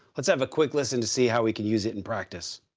let's have a quick listen to see how we can use it in practice.